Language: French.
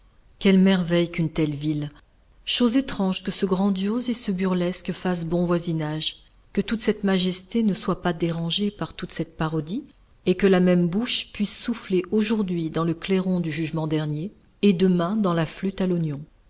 quelle merveille qu'une telle ville chose étrange que ce grandiose et ce burlesque fassent bon voisinage que toute cette majesté ne soit pas dérangée par toute cette parodie et que la même bouche puisse souffler aujourd'hui dans le clairon du jugement dernier et demain dans la flûte à l'oignon